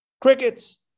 crickets